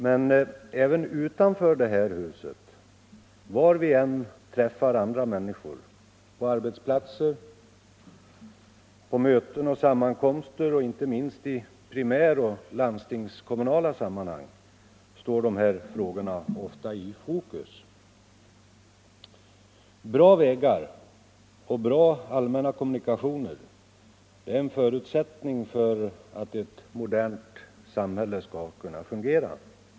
Men även utanför det här huset, var vi än träffar andra människor, på arbetsplatser, på möten och sammankomster och inte minst i primäroch landstingskommunala sam manhang, står de här frågorna ofta i fokus. Bra vägar och bra allmänna kommunikationer är en förutsättning för att ett modernt samhälle skall kunna fungera.